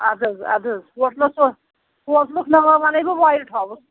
اَدٕ حظ اَدٕ حظ ہوٹلَس اوس ہوٹلُک ناو وَنَے بہٕ وایِٹ ہاوُس